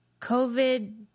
COVID